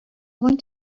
want